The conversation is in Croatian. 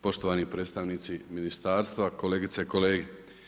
Poštovani predstavnici Ministarstva, kolegice i kolege.